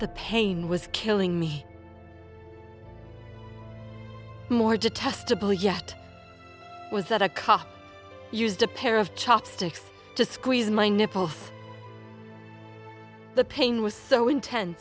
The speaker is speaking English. the pain was killing me more detestable yet was that a cock used a pair of chopsticks to squeeze my nipple the pain was so intense